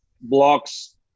blocks